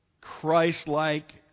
Christ-like